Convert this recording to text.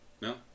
No